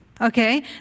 okay